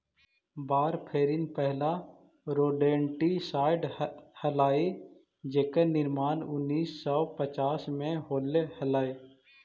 warfarin पहिला rodenticide हलाई जेकर निर्माण उन्नीस सौ पच्चास में होले हलाई